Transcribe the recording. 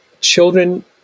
children